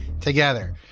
together